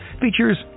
features